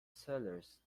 sellers